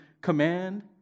command